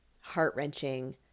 heart-wrenching